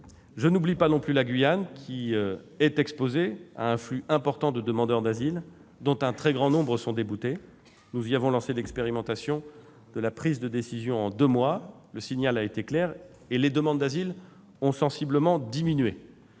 Je n'oublie pas non plus la Guyane, qui est exposée à un flux important de demandeurs d'asile, dont un très grand nombre sont déboutés. Nous y avons lancé l'expérimentation de la prise de décision en deux mois : le signal a été clair, et les demandes d'asile ont sensiblement diminué.